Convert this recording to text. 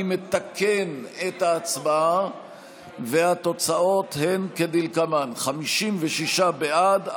אני מתקן את ההצבעה והתוצאות הן כדלקמן: 56 בעד,